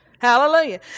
Hallelujah